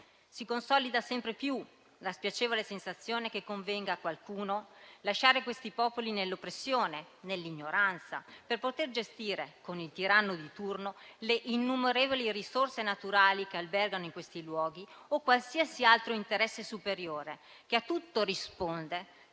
Si consolida sempre più la spiacevole sensazione che convenga a qualcuno lasciare quei popoli nell'oppressione e nell'ignoranza, per poter gestire - con il tiranno di turno - le innumerevoli risorse naturali che albergano in quei luoghi o qualsiasi altro interesse superiore, che a tutto risponde